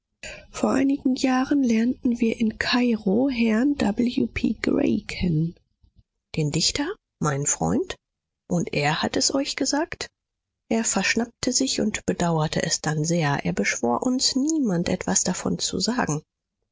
vor einigen jahren lernten wir in kairo herrn w p grey kennen den dichter meinen freund und er hat es euch gesagt er verschnappte sich und bedauerte es dann sehr er beschwor uns niemand etwas davon zu sagen